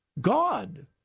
God